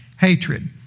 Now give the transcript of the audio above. hatred